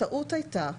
הטעות היתה,